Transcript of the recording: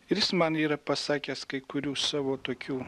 ir jis man yra pasakęs kai kurių savo tokių